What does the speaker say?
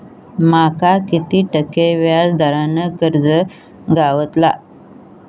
माका किती टक्के व्याज दरान कर्ज गावतला?